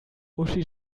uschi